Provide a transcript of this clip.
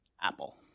Apple